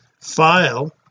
file